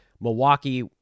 Milwaukee